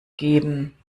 geben